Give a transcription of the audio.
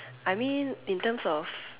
I mean in terms of